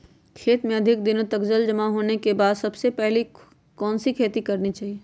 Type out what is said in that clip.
खेत में अधिक दिनों तक जल जमाओ होने के बाद सबसे पहली कौन सी खेती करनी चाहिए?